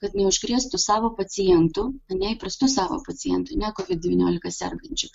kad neužkrėstų savo pacientų ne įprastų savo pacientų ne kovid devyniolika sergančių